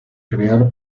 crear